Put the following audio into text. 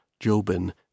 Jobin